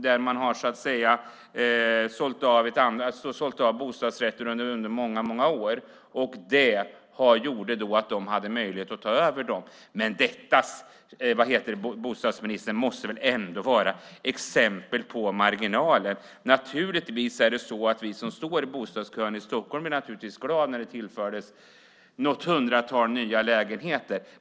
Där har man sålt av bostadsrätter under många år. Det gjorde att de hade möjlighet att ta över. Detta, bostadsministern, måste väl ändå vara exempel på marginalen? Vi som stod i bostadskön i Stockholm blev naturligtvis glada när det tillfördes några hundra nya lägenheter.